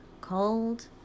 cold